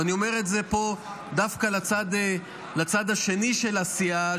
ואני אומר את זה פה דווקא לצד השני של הבית,